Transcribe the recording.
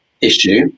issue